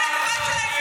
כל הכבוד שלא הפרעת לי.